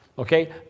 Okay